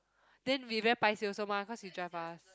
then we very paiseh also mah cause he drive us